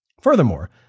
Furthermore